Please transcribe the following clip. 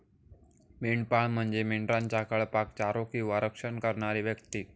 मेंढपाळ म्हणजे मेंढरांच्या कळपाक चारो किंवा रक्षण करणारी व्यक्ती